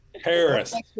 Paris